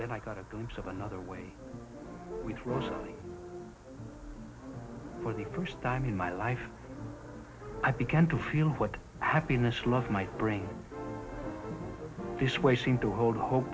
then i got a glimpse of another way with rosalie for the first time in my life i began to feel what happiness love might bring this way seemed to hold